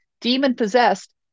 demon-possessed